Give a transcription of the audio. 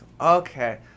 okay